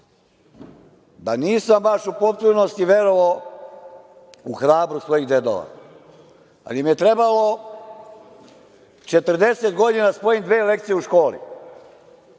da nisam baš u potpunosti verovao u hrabrost svojih dedova, ali mi je trebalo 40 godina da spojim dve lekcije u školi.